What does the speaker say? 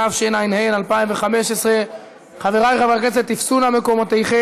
התשע"ה 2015. חברי חברי הכנסת, תפסו נא מקומותיכם.